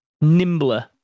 nimbler